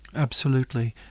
absolutely.